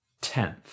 Tenth